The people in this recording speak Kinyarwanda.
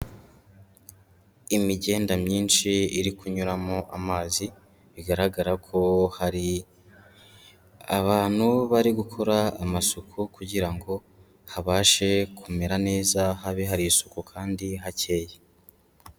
Imigenda myinshi iri kunyuramo amazi, bigaragara ko hari abantu bari gukora amasuku kugira ngo habashe kumera neza, habe hari isuku kandi hakeye.